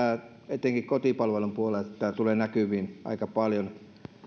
etenkin kotipalvelun puolelta tämä tulee näkyviin aika paljon se